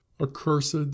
accursed